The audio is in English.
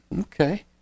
okay